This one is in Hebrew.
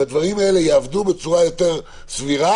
שהדברים האלה יעבדו בצורה יותר סבירה.